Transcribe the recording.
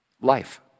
Life